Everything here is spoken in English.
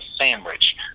sandwich